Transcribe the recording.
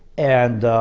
and